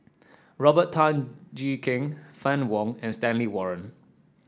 Robert Tan Jee Keng Fann Wong and Stanley Warren